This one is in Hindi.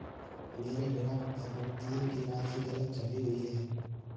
मेरे ड्राफ्ट पर भुगतान की राशि गलत छपी हुई है